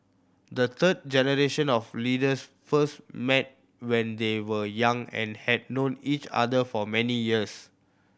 the third generation of leaders first met when they were young and had known each other for many years